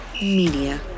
Media